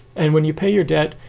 and when you pay your debt,